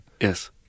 Yes